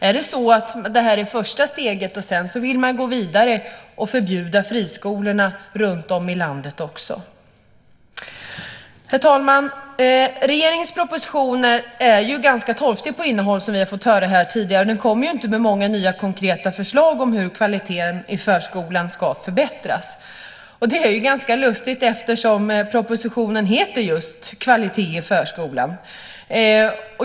Är det så att det här är första steget och att man sedan vill gå vidare och också förbjuda friskolorna runtom i landet? Herr talman! Regeringens proposition är ganska torftig på innehåll, som vi har fått höra här tidigare. Den kommer inte med många nya konkreta förslag om hur kvaliteten i förskolan ska förbättras. Det är ganska lustigt eftersom propositionen heter just Kvalitet i förskolan .